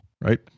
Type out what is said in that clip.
Right